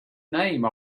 name